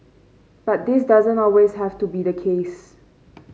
but this doesn't always have to be the case